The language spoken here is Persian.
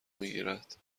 میگیرد